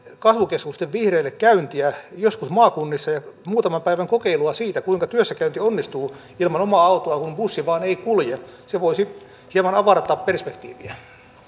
kasvukeskusten vihreille joskus käyntiä maakunnissa ja muutaman päivän kokeilua siitä kuinka työssäkäynti onnistuu ilman omaa autoa kun bussi ei vain kulje se voisi hieman avartaa perspektiiviä